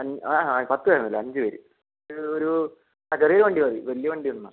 അൻ ആ ആ പത്ത് പേരൊന്നും അല്ല അഞ്ച് പേര് ഒരു ഒരു ചെറിയ ഒരു വണ്ടി മതി വലിയ വണ്ടി ഒന്നും വേണ്ട